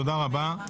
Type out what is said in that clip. תודה רבה.